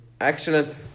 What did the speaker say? excellent